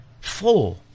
Four